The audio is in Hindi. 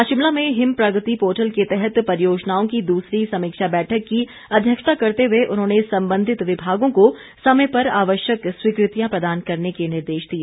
आज शिमला में हिम प्रगति पोर्टल के तहत परियोजनाओं की दूसरी समीक्षा बैठक की अध्यक्षता करते हुए उन्होंने संबंधित विभागों को समय पर आवश्यक स्वीकृतियां प्रदान करने के निर्देश दिए